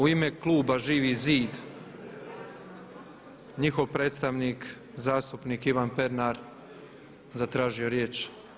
U ime kluba Živi zid, njihov predstavnik, zastupnik Ivan Pernar zatražio je riječ.